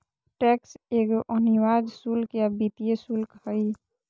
tax एगो अनिवार्य शुल्क या वित्तीय शुल्क हइ